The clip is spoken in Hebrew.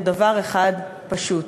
הוא דבר אחד פשוט: